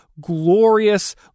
glorious